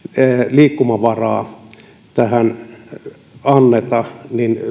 liikkumavaraa tähän anneta